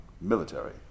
military